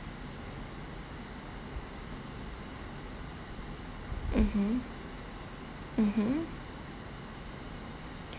mmhmm mmhmm